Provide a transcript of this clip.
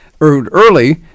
early